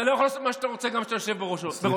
אתה לא יכול לעשות מה שאתה רוצה גם כשאתה יושב בראש ההרכב.